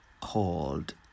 called